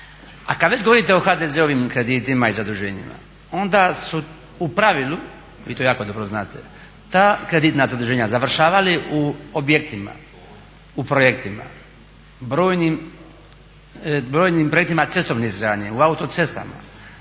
A kad već govorite o HDZ-ovim kreditima i zaduženjima, onda su u pravilu i to jako dobro znate, ta kreditna zaduženja završavali u objektima, u projektima, brojnim projektima cestovne izgradnje, u autocestama,